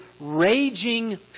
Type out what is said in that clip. raging